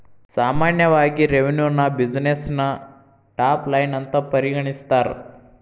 ಸಾಮಾನ್ಯವಾಗಿ ರೆವೆನ್ಯುನ ಬ್ಯುಸಿನೆಸ್ಸಿನ ಟಾಪ್ ಲೈನ್ ಅಂತ ಪರಿಗಣಿಸ್ತಾರ?